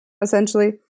essentially